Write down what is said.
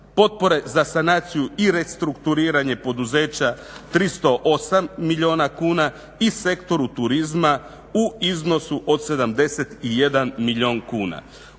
potpore za sanaciju i restrukturiranje poduzeća 308 milijuna kuna i Sektoru turizma u iznosu od 71 milijun kuna.